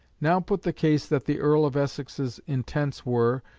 now put the case that the earl of essex's intents were,